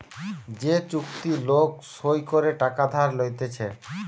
যে চুক্তি লোক সই করে টাকা ধার লইতেছে